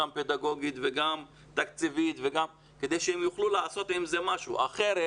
גם גמישות פדגוגית וגם תקציבית כדי שהם יוכלו לעשות עם זה משהו כי אחרת